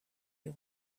you